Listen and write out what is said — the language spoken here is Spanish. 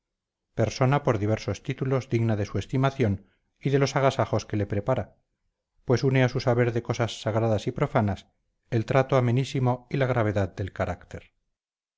persona por diversos títulos digna de su estimación y de los agasajos que le prepara pues une a su saber de cosas sagradas y profanas el trato amenísimo y la gravedad del carácter